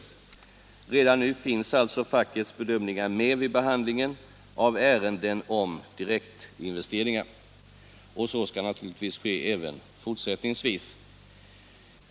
Redan nu finns alltså fackets bedömningar med vid behandlingen av ärenden som gäller direktinvesteringar. Och så skall naturligtvis vara fallet även fortsättningsvis.